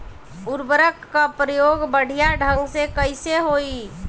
उर्वरक क प्रयोग बढ़िया ढंग से कईसे होई?